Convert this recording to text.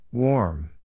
Warm